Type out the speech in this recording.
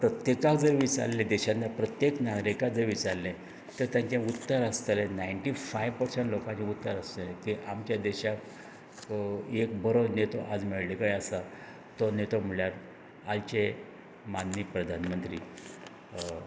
अशें जर प्रत्येका जर विचारलें देशाच्या प्रत्येक नागरिकांक जर विचारलें तर तांचे उत्तर आसताले नायटिफायव पर्संट लोकांचे उत्तर आसतालें की आमच्या देशाक एक बरो नेता आज मेळ्ळिल्ले कडेन आसा तो नेतो म्हणल्यार आयचे माननिय प्रधान मंत्री